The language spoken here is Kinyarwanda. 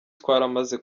twaramaze